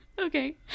Okay